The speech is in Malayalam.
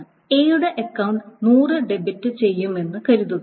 A യുടെ അക്കൌണ്ട് 100 ഡെബിറ്റ് ചെയ്യുമെന്ന് കരുതുക